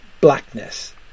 blackness